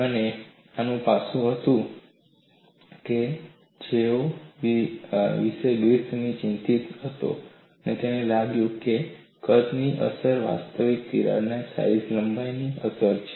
અને આ તે પાસું હતું કે જેના વિશે ગ્રિફિથ ચિંતિત હતો અને તેને લાગ્યું કે કદની અસર વાસ્તવમાં તિરાડ સાઈઝ લંબાઈની અસર છે